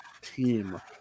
team